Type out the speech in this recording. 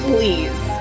Please